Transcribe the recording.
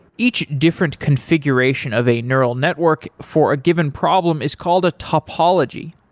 each different configuration of a neural network for a given problem is called a topology.